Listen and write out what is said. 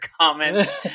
comments